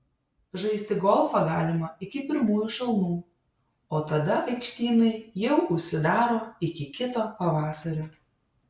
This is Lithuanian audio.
žaisti golfą galima iki pirmųjų šalnų o tada aikštynai jau užsidaro iki kito pavasario